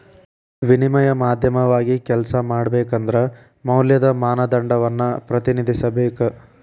ವಿನಿಮಯ ಮಾಧ್ಯಮವಾಗಿ ಕೆಲ್ಸ ಮಾಡಬೇಕಂದ್ರ ಮೌಲ್ಯದ ಮಾನದಂಡವನ್ನ ಪ್ರತಿನಿಧಿಸಬೇಕ